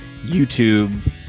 youtube